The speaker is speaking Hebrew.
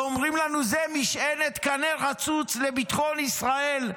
ואומרים לנו: זו משענת קנה רצוץ לביטחון לישראל,